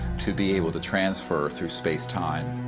to be able to transfer through space time,